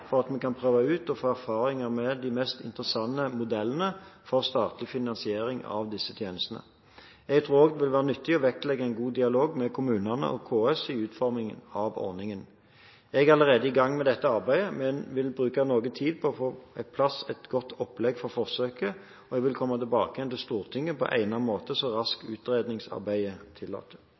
for at vi kan prøve ut og få erfaringer med de mest interessante modellene for statlig finansiering av disse tjenestene. Jeg tror også det vil være nyttig å vektlegge en god dialog med kommunene og KS i utformingen av ordningen. Jeg er allerede i gang med dette arbeidet, men vil bruke noe tid på å få på plass et godt opplegg for forsøket, og jeg vil komme tilbake til Stortinget på egnet måte så raskt utredningsarbeidet tillater.